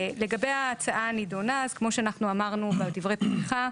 לגבי ההצעה הנידונה, כמו שאמרנו בדברי הפתיחה,